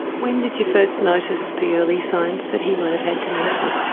when did you first notice the early signs that he might have had dementia?